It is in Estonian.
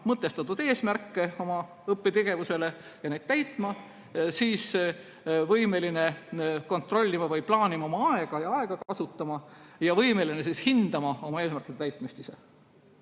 mõtestatud eesmärke oma õppetegevusele ja neid täitma, võimeline kontrollima või plaanima oma aega ja seda kasutama ning võimeline ise hindama oma eesmärkide täitmist.